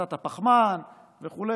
הפחתת הפחמן וכו'.